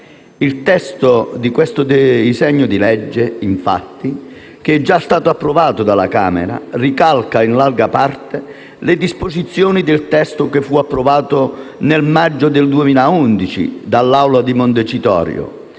Il testo del disegno di legge infatti, già approvato dalla Camera, ricalca in larga parte le disposizioni del provvedimento che fu approvato nel maggio del 2011 dall'Assemblea di Montecitorio,